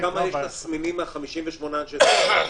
כמו שאמרתם את זה.